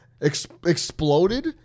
exploded